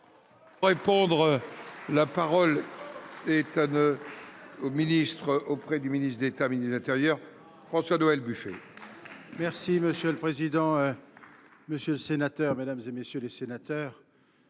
Pour répondre, la parole est à nos ministres auprès du ministre d'État et ministre de l'Intérieur, François Noël Buffet. Merci Monsieur le Président, Monsieur le Sénateur, Mesdames et Messieurs les Sénateurs.